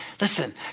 Listen